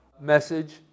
message